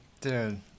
Dude